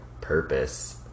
purpose